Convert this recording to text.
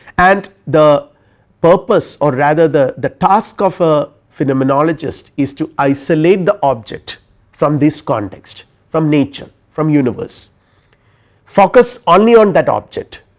and the purpose or rather the the task of ah phenomenologist is to isolate the object from these context from nature, from universe focus only on that object,